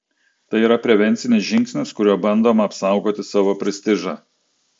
tai yra prevencinis žingsnis kuriuo bandoma apsaugoti savo prestižą